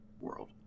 world